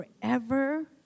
forever